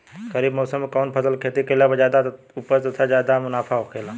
खरीफ़ मौसम में कउन फसल के खेती कइला पर ज्यादा उपज तथा ज्यादा मुनाफा होखेला?